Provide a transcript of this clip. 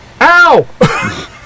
ow